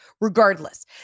Regardless